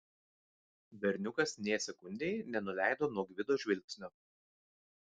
berniukas nė sekundei nenuleido nuo gvido žvilgsnio